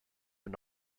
but